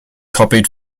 copied